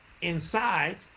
inside